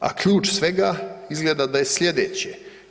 A ključ svega izgleda da je sljedeće.